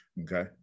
okay